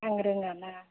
आं रोङाना